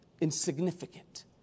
insignificant